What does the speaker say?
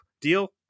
deal